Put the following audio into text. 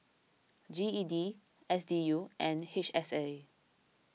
G E D S D U and H S A